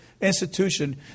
institution